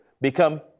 become